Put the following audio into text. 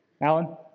Alan